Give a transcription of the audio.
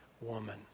woman